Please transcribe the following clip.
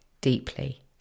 deeply